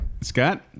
Scott